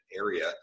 area